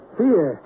fear